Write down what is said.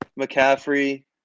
McCaffrey